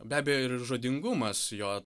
be abejo ir žodingumas jo